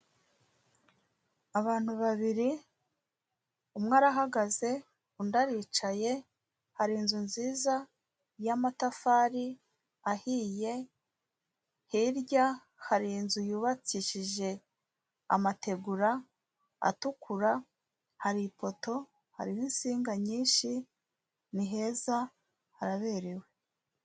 Abantu babiri, umwe arahagaze, undi aricaye, hari inzu nziza y'amatafari, ahiye, hirya hari inzu yubakishije amategura, atukura, hari ipoto, hari n'insinga nyinshi, ni heza, haraberewe.